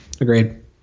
Agreed